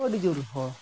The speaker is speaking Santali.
ᱟᱹᱰᱤ ᱡᱳᱨ ᱦᱚᱲ